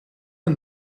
een